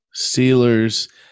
Steelers